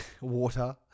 Water